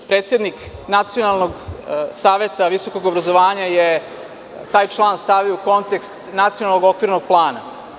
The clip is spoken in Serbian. Predsednik Nacionalnog saveta visokog obrazovanja je taj član stavio u kontekst Nacionalnog okvirnog plana.